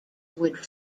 would